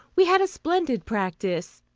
we had a splendid practice.